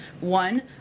One